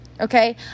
okay